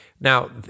Now